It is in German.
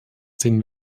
den